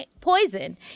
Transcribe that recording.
poison